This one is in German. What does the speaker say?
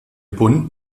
bund